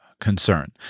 concern